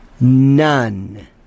None